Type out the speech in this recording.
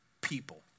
people